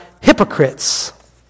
hypocrites